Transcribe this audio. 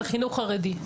זה ועדות ההשגה,